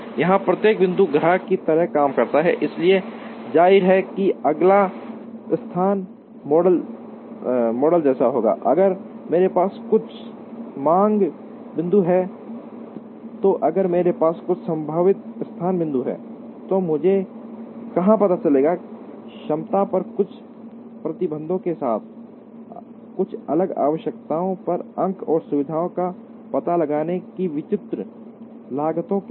यहां प्रत्येक बिंदु ग्राहक की तरह काम करता है इसलिए जाहिर है कि अगला स्थान मॉडल जैसा होगा अगर मेरे पास कुछ मांग बिंदु हैं और अगर मेरे पास कुछ संभावित स्थान बिंदु हैं तो मुझे कहां पता चलेगा क्षमता पर कुछ प्रतिबंधों के साथ कुछ अलग आवश्यकताओं पर अंक और सुविधा का पता लगाने की विभिन्न लागतों के साथ